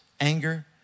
anger